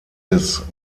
des